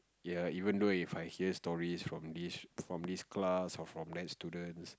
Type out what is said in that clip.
ya even though If I hear stories from this from this class or from that students